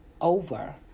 over